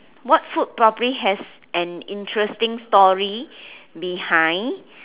what food probably has an interesting story behind